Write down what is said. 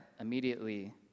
immediately